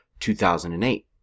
2008